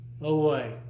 away